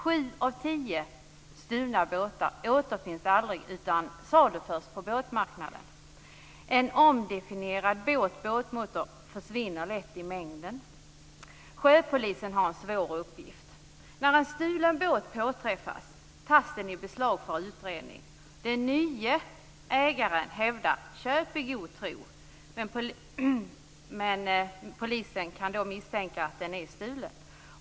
Sju av tio stulna båtar återfinns aldrig utan saluförs på båtmarknaden. En omdefinierad båt/båtmotor försvinner lätt i mängden. Sjöpolisen har en svår uppgift. När en stulen båt påträffas tas den i beslag för utredning. Den nye ägaren hävdar att köpet skett i god tro, men polisen kan misstänka att båten är stulen.